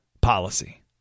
policy